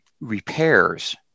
repairs